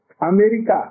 America